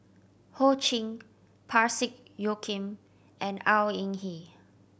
Ho Ching Parsick Joaquim and Au Hing Yee